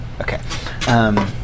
Okay